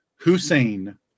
Hussein